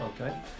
okay